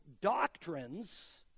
doctrines